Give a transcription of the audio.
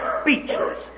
speechless